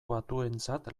batuentzat